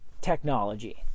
technology